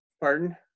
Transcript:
pardon